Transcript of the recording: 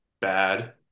bad